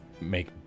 make